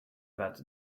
that